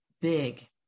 big